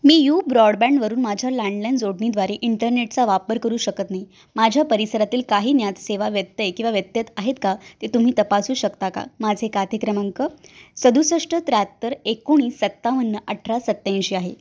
मी you ब्रॉडबँडवरून माझ्या landline जोडणीद्वारे इंटरनेटचा वापर करू शकत नाही माझ्या परिसरातील काही ज्ञात सेवा व्यतय किंवा व्यत्यय आहेत का ते तुम्ही तपासू शकता का माझे खाते क्रमांक सदुसष्ट त्र्याहत्तर एकोणीस सत्तावन्न अठरा सत्त्याऐंशी आहे